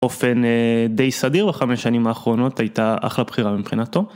אופן די סדיר בחמש שנים האחרונות הייתה אחלה בחירה מבחינתו.